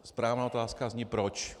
Správná otázka zní proč.